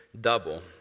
double